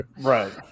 Right